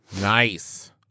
Nice